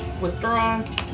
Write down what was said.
withdraw